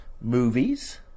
movies